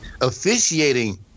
Officiating